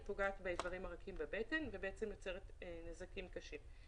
היא פוגעת באברים הרכים בבטן ובעצם יוצרת נזקים קשים.